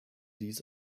dies